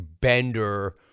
bender